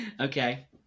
okay